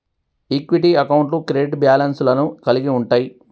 equity అకౌంట్లు credit balance లను కలిగి ఉంటయ్